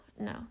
no